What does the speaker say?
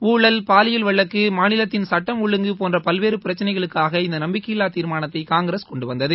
ஊழல் பாலியல் வழக்கு மாநிலத்தின் சுட்டம் ஒழுங்கு போன்ற பல்வேறு பிரச்சினைகளுக்காக இந்த நம்பிக்கையில்லா தீர்மானத்தை காங்கிரஸ் கொண்டுவந்தது